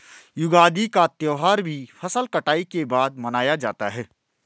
युगादि का त्यौहार भी फसल कटाई के बाद मनाया जाता है